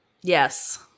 Yes